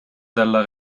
della